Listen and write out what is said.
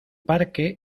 parque